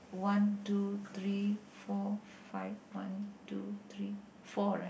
one two three four five one two three four right